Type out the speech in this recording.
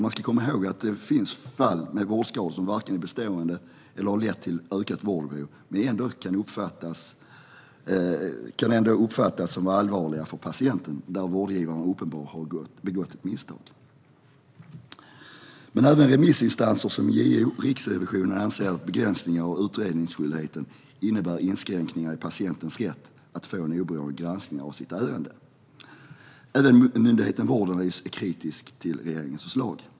Man ska komma ihåg att det finns fall av vårdskador som varken är bestående eller har lett till ett ökat vårdbehov men som ändå kan uppfattas som allvarliga för patienten och där vårdgivaren uppenbarligen har begått misstag. Även remissinstanser som JO och Riksrevisionen anser att en begränsning av utredningsskyldigheten innebär inskränkningar i patientens rätt att få en oberoende granskning av sitt ärende. Även myndigheten Vårdanalys är kritisk till regeringens förslag.